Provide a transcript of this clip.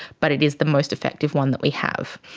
but it is the most effective one that we have.